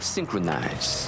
Synchronize